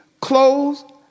clothes